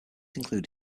include